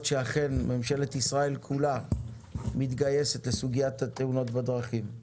שאכן ממשלת ישראל כולה מתגייסת לסוגיית התאונות בדרכים.